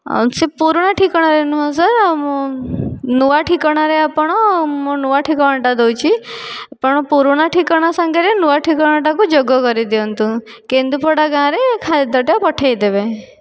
ସେ ପୁରୁଣା ଠିକଣାରେ ନୁହେଁ ସାର୍ ମୋ ନୂଆ ଠିକଣାରେ ଆପଣ ମୋ ନୂଆ ଠିକଣାଟା ଦେଉଛି ଆପଣ ପୁରୁଣା ଠିକଣା ସାଙ୍ଗରେ ନୂଆ ଠିକଣାଟାକୁ ଯୋଗ କରି ଦିଅନ୍ତୁ କେନ୍ଦୂପଡ଼ା ଗାଁରେ ଖାଦ୍ୟଟା ପଠାଇଦେବେ